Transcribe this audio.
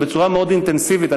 ובצורה מאוד אינטנסיבית.